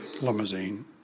limousine